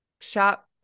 shop